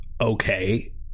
okay